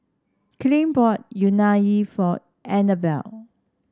Kylee bought Unagi for Anabel